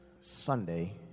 Sunday